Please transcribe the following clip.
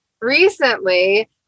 recently